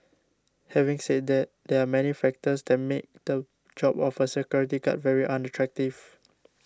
having said that there are many factors that make the job of a security guard very unattractive